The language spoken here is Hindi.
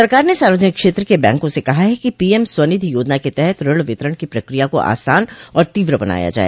सरकार ने सार्वजनिक क्षेत्र के बैंकों से कहा है कि पीएम स्वनिधि योजना के तहत ऋण वितरण की प्रक्रिया को आसान और तीव्र बनाया जाए